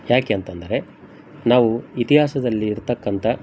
ಯಾಕೆ ಅಂತಂದರೆ ನಾವು ಇತಿಹಾಸದಲ್ಲಿ ಇರತಕ್ಕಂಥ